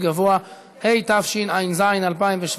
התשע"ז 2017,